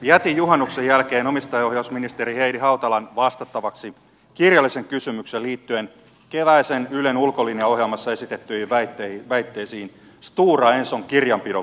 jätin juhannuksen jälkeen omistajaohjausministeri heidi hautalan vastattavaksi kirjallisen kysymyksen liittyen keväisessä ylen ulkolinja ohjelmassa esitettyihin väitteisiin stora enson kirjanpidon vääristelystä